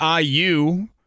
IU –